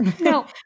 No